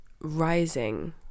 rising